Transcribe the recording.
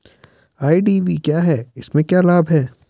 IDV क्या है इसमें क्या लाभ है?